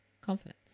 confidence